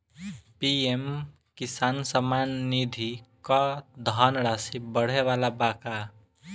PM किसान सम्मान निधि क धनराशि बढ़े वाला बा का?